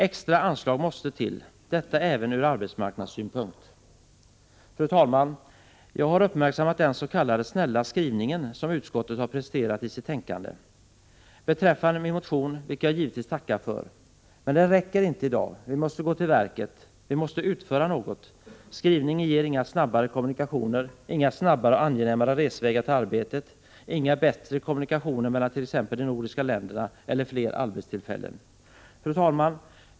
Extra anslag måste till — detta även ur arbetsmarknadssynpunkt. Fru talman! Jag har uppmärksammat den s.k. snälla skrivning som utskottet har presterat i sitt betänkande beträffande min motion, vilket jag givetvis tackar för. Men detta räcker inte i dag, vi måste gå till verket, vi måste utföra något. Skrivningen ger inga snabbare kommunikationer, inga snabbare och angenämare resvägar till arbetet, inga bättre kommunikationer mellan t.ex. de nordiska länderna och inga fler arbetstillfällen. Fru talman!